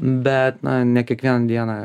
bet na ne kiekvieną dieną